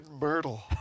myrtle